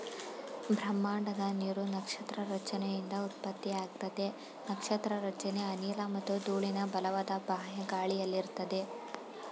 ಬ್ರಹ್ಮಾಂಡದ ನೀರು ನಕ್ಷತ್ರ ರಚನೆಯಿಂದ ಉತ್ಪತ್ತಿಯಾಗ್ತದೆ ನಕ್ಷತ್ರ ರಚನೆ ಅನಿಲ ಮತ್ತು ಧೂಳಿನ ಬಲವಾದ ಬಾಹ್ಯ ಗಾಳಿಯಲ್ಲಿರ್ತದೆ